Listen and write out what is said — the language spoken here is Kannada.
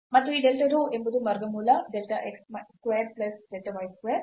ಮತ್ತು ಈ delta rho ಎಂಬುದು ವರ್ಗಮೂಲ delta x square plus delta y square